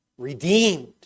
redeemed